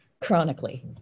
Chronically